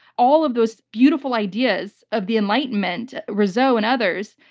all of those beautiful ideas of the enlightenment, rousseau and others,